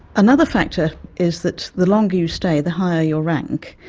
another factor is that the longer you stay, the higher your rank.